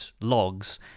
logs